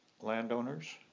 landowners